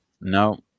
No